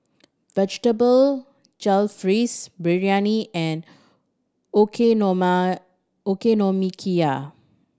Vegetable Jalfrezi Biryani and Okonomiyaki